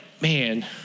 man